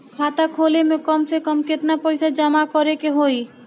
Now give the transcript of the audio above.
खाता खोले में कम से कम केतना पइसा जमा करे के होई?